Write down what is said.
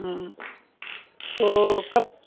اوں تو کب